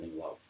love